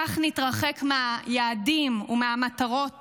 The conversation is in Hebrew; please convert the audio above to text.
כך נתרחק מהיעדים ומהמטרות